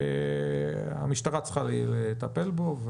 המשטרה צריכה לטפל בו.